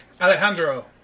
Alejandro